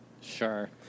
Sure